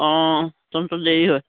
অঁ তহঁতৰ দেৰি হয়